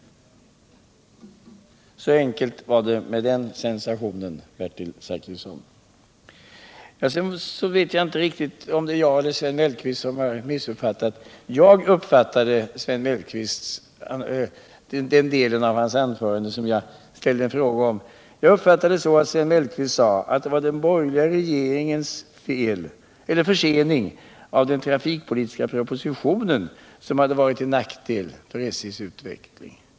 Så enkelt var det med den sensationen, Bertil Zachrisson. Jag vet inte om det är jag eller Sven Mellqvist som har missuppfattat saken. Den del av Sven Mellqvists anförande som jag ställde en fråga om uppfattade jag så, att Sven Mellqvist menade att det var den borgerliga regeringens försening av den trafikpolitiska propositionen som hade varit till nackdel för SJ:s utveckling.